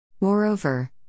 Moreover